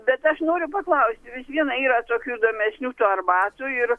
bet aš noriu paklausti vis viena yra tokių įdomesnių tų arbatų ir